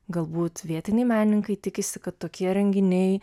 galbūt vietiniai menininkai tikisi kad tokie renginiai